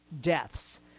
Deaths